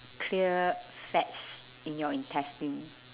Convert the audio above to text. clear fats in your intestine